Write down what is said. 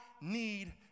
need